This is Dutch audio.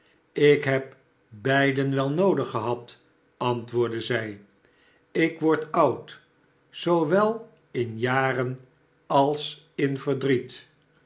ik heb beiden wel noodig gehad antwoordde zij ik word oud zoowel in jaren als in verdriet